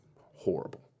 horrible